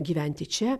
gyventi čia